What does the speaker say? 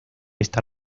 esta